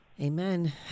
Amen